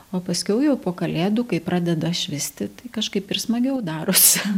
o paskiau jau po kalėdų kai pradeda švisti tai kažkaip ir smagiau darosi